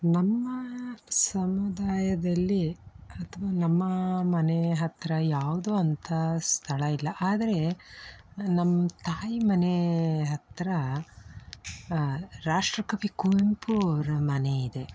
ನಮ್ಮ ಸಮುದಾಯದಲ್ಲಿ ಅಥವಾ ನಮ್ಮ ಮನೆ ಹತ್ತಿರ ಯಾವ್ದೂ ಅಂಥ ಸ್ಥಳ ಇಲ್ಲ ಆದರೆ ನಮ್ಮ ತಾಯಿ ಮನೆ ಹತ್ತಿರ ರಾಷ್ಟ್ರಕವಿ ಕುವೆಂಪು ಅವರ ಮನೆ ಇದೆ